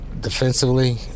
Defensively